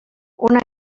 una